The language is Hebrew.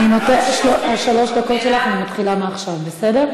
את שלוש הדקות שלך אני מתחילה מעכשיו, בסדר?